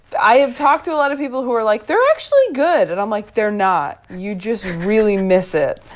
i have talked to a lot of people who are like, they're actually good. and i'm like, they're not. you just really miss it.